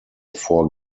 four